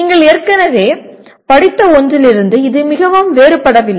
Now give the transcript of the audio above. நீங்கள் ஏற்கனவே படித்த ஒன்றிலிருந்து இது மிகவும் வேறுபடவில்லை